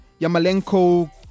yamalenko